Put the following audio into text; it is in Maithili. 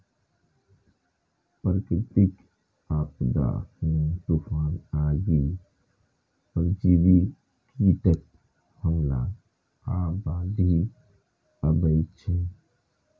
प्राकृतिक आपदा मे तूफान, आगि, परजीवी कीटक हमला आ बाढ़ि अबै छै